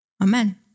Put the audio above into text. Amen